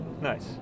Nice